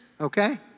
okay